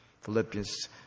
Philippians